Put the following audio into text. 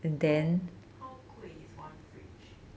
how how 贵 is one fridge